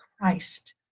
Christ